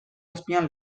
azpian